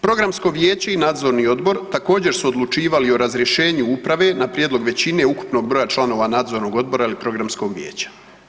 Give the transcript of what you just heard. Programsko vijeće i Nadzorni odbor također su odlučivali o razrješenju uprave na prijedlog većine ukupnog broja članova Nadzornog odbora ili Programskog vijeća.